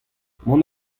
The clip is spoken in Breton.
mont